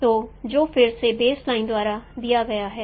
तो जो फिर से बेस लाइन द्वारा दिया गया है